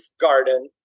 garden